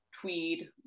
tweed